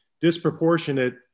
disproportionate